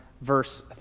verse